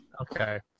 Okay